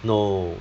no